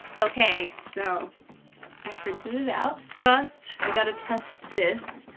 okay. so i printed it out. first i gotta test this.